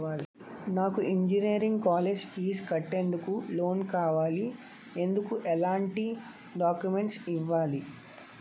నాకు engineering college fee కట్టేందుకు loan కావాలి, ఎందుకు ఎలాంటి డాక్యుమెంట్స్ ఇవ్వాలి?